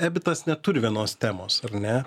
ebitas neturi vienos temos ar ne